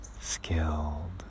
skilled